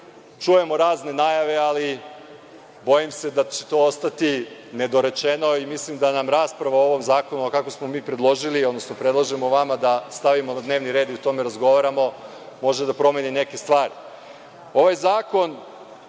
Čujemo razne najave, ali bojim se da će to ostati nedorečeno i mislim da nam rasprava o ovom zakonu, onako kako smo mi predložili, odnosno predlažemo vama da stavimo na dnevni red i o tome razgovaramo, može da promeni neke stvari. Ovaj zakon,